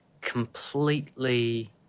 completely